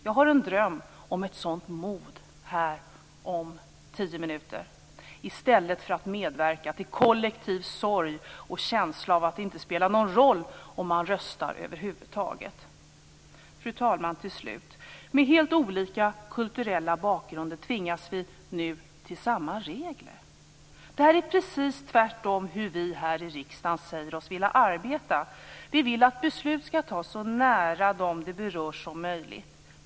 Jag har en dröm om ett sådant mod här om tio minuter i stället för en kollektiv sorg och känsla av att det inte spelar någon roll om man röstar över huvud taget. Fru talman! Med helt olika kulturella bakgrunder tvingas vi nu till samma regler. Det här är precis tvärtemot det vi här i riksdagen säger oss vilja arbeta för. Vi vill att beslut skall fattas så nära dem som berörs som möjligt.